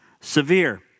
severe